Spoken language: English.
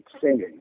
singing